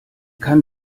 kann